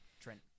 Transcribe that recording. Trent